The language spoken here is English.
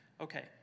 okay